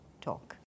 talk